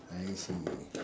I see